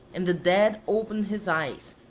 and the dead opened his eyes,